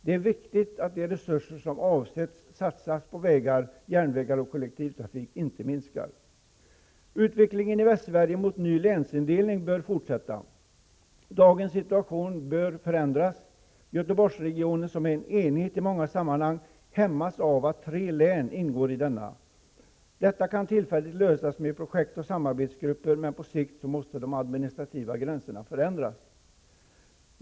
Det är viktigt att de resurser som har avsetts att satsas på vägar, järnvägar och kollektivtrafik inte minskas. Utvecklingen i Västsverige mot en ny länsindelning bör fortsätta. Dagens situation bör förändras. Göteborgsregionen, som är en enhet i många sammanhang, hämmas av att tre län ingår i denna. Detta kan tillfälligt lösas med projekt och samarbetsgrupper, men på sikt måste de administrativa gränserna förändras.